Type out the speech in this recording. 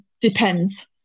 depends